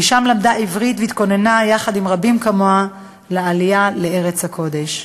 ושם היא למדה עברית והתכוננה יחד עם רבים כמוה לעלייה לארץ הקודש: